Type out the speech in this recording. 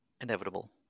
inevitable